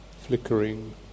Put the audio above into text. flickering